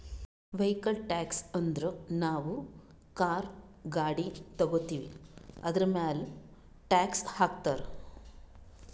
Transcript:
vehicle tax ಅಂದುರ್ ನಾವು car, ಗಾಡಿ ತಗೋತ್ತಿವ್ ಅದುರ್ಮ್ಯಾಲ್ ಟ್ಯಾಕ್ಸ್ ಹಾಕ್ತಾರ್